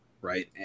right